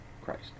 Christ